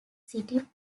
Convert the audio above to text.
city